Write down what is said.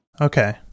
Okay